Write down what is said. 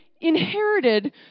inherited